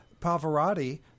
Pavarotti